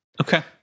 Okay